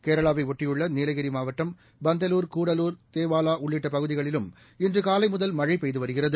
கேரளாவையொட்டியுள்ள நீலகிரி மாவட்டம் பந்தலூர் கூடலூர் தேவாலா உள்ளிட்ட பகுதிகளில் இன்று காலை முதல் மழை பெய்து வருகிறது